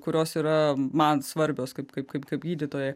kurios yra man svarbios kaip kaip kaip gydytojai